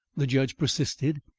the judge persisted,